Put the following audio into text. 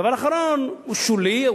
הדבר האחרון הוא שולי.